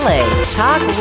Talk